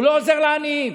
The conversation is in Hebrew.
הוא לא עוזר לעניים.